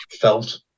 felt